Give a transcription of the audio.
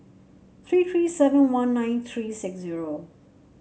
three three seven one nine three six zero